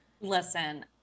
listen